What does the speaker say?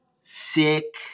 sick